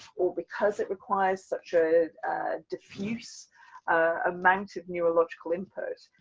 or because it requires such a diffuse amount of neurological input,